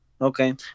okay